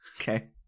okay